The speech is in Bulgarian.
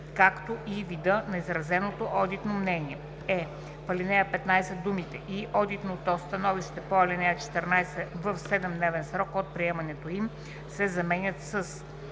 „както и вида на изразеното одитно мнение“; е) в ал. 15 думите „и одитното становище по ал. 14 в 7-дневен срок от приемането им“ се заменят